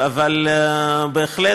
אבל בהחלט,